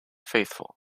faithful